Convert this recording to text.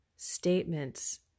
Statements